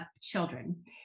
children